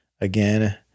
again